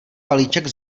balíček